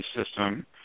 system